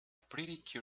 pretty